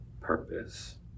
purpose